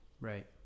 Right